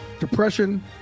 depression